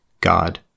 God